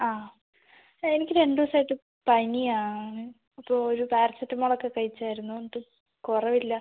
ആ എനിക്ക് രണ്ടുദിവസമായിട്ട് പനിയാണ് അപ്പോഴൊരു പാരസെറ്റമോളൊക്കെ കഴിച്ചിരുന്നു എന്നിട്ടും കുറവില്ല